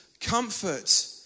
comfort